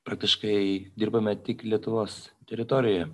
praktiškai dirbame tik lietuvos teritorijoje